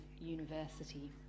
University